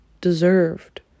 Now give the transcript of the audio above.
deserved